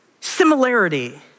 similarity